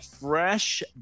fresh